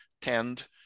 tend